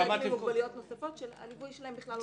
יש ילדים עם מוגבלויות נוספות שהליווי שלהם בכלל לא נבחן.